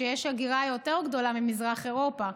יש הגירה יותר גדולה ממזרח אירופה,